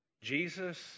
Jesus